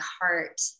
heart